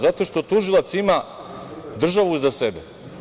Zato što tužilac ima državu za sebe.